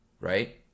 right